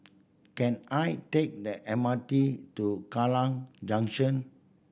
can I take the M R T to Kallang Junction